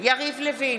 יריב לוין,